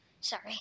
Sorry